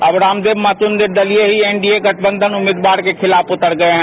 अब रामदेव महतो निर्दलीय ही एनडीए गठबंधन के उम्मीदवार के खिलाफ उतर गये हैं